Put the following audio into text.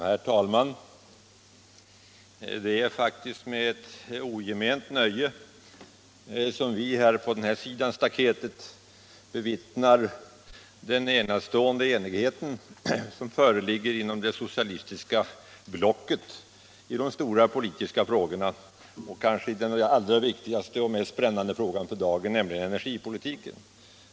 Herr talman! Det är faktiskt med ett ogement nöje som vi på den här sidan staketet bevittnar den enastående enigheten inom det socialistiska blocket i de stora politiska frågorna, och nu i den för dagen kanske viktigaste och mest brännande frågan, nämligen energipolitiken.